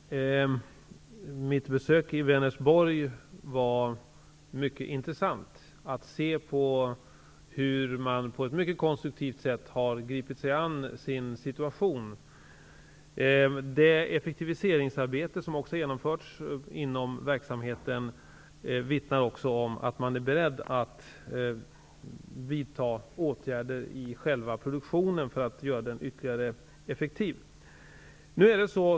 Herr talman! Mitt besök i Vänersborg var mycket intressant. På ett mycket konstruktivt sätt har man gripit sig an sin situation. Det effektiviseringsarbete som genomförts inom verksamheten vittnar också om att man är beredd att vidta åtgärder i fråga om själva produktionen för att göra denna ännu effektivare.